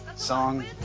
Song